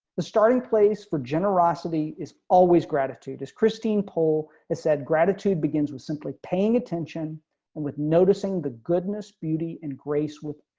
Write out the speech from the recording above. the starting place for generosity is always gratitude is christine pole and said, gratitude begins with simply paying attention and with noticing the goodness beauty and grace with